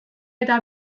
eta